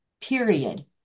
period